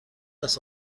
است